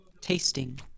tasting